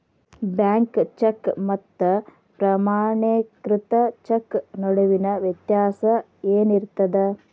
Bank cheque ಮತ್ತ ಪ್ರಮಾಣೇಕೃತ cheque ನಡುವಿನ್ ವ್ಯತ್ಯಾಸ ಏನಿರ್ತದ?